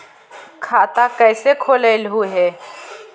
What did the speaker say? खाता कैसे खोलैलहू हे?